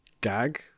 gag